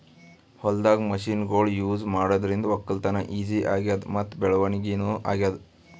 ಹೊಲ್ದಾಗ್ ಮಷಿನ್ಗೊಳ್ ಯೂಸ್ ಮಾಡಾದ್ರಿಂದ ವಕ್ಕಲತನ್ ಈಜಿ ಆಗ್ಯಾದ್ ಮತ್ತ್ ಬೆಳವಣಿಗ್ ನೂ ಆಗ್ಯಾದ್